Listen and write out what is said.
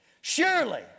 surely